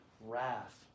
wrath